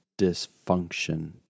dysfunction